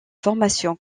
formation